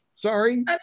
sorry